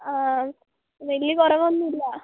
അ വലിയ കുറവൊന്നുമില്ല